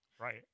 Right